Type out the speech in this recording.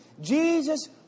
Jesus